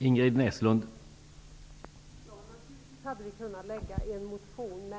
Herr talman!